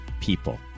people